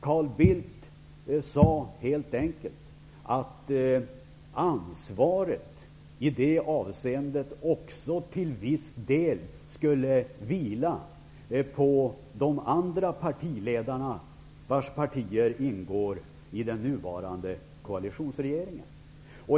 Carl Bildt sade helt enkelt att ansvaret i det avseendet också till viss del skulle vila på de partiledare vars partier ingår i den nuvarande koalitionsregeringen.